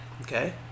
okay